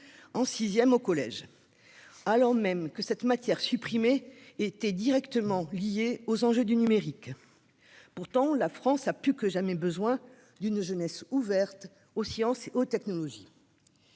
en classe de sixième, alors même que cette matière est directement liée aux enjeux du numérique. En effet, la France a plus que jamais besoin d'une jeunesse ouverte aux sciences et aux technologies.